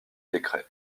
décret